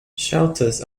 shelters